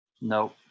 No